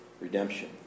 redemption